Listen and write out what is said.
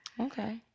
Okay